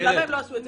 למה הם לא עשו את זה